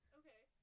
okay